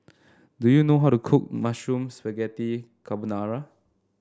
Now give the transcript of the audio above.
do you know how to cook Mushroom Spaghetti Carbonara